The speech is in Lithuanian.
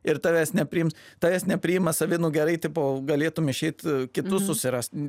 ir tavęs nepriims tavęs nepriima savi nu gerai tipo galėtum išeit kitus susirast